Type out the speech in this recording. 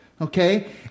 okay